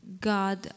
God